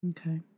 okay